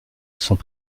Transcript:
sont